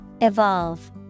Evolve